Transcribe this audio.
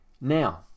Now